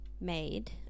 made